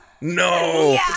No